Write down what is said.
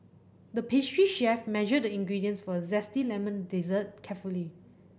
the pastry chef measured the ingredients for a zesty lemon dessert carefully